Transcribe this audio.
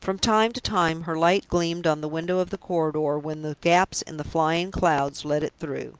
from time to time her light gleamed on the window of the corridor when the gaps in the flying clouds let it through.